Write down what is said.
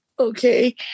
Okay